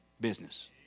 business